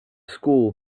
school